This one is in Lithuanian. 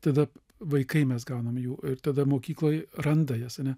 tada vaikai mes gaunam jų ir tada mokykloj randa jas ane